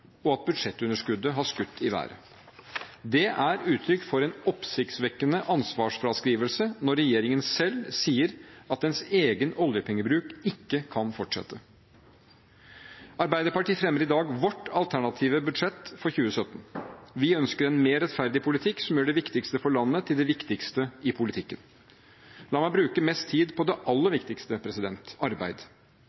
feil retning budsjettunderskuddet har skutt i været Det er uttrykk for en oppsiktsvekkende ansvarsfraskrivelse når regjeringen selv sier at dens egen oljepengebruk ikke kan fortsette. Arbeiderpartiet fremmer i dag sitt alternative statsbudsjett for 2017. Vi ønsker en mer rettferdig politikk som gjør det viktigste for landet til det viktigste i politikken. La meg bruke mest tid på det aller